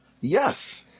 Yes